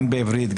גם בעברית,